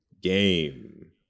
game